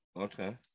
Okay